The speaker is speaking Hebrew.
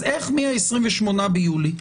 אז איך מה-28 ביולי,